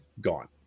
gone